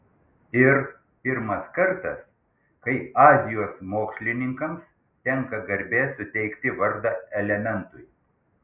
ir pirmas kartas kai azijos mokslininkams tenka garbė suteikti vardą elementui